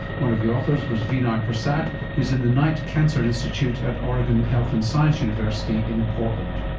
one of the authors was vinay prasad who is in the knight cancer institute at oregon health and science university in portland.